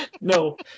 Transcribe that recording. no